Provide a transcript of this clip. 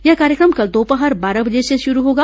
यह कार्यक्रम कल दोपहर बारह बजे से शुरू होगा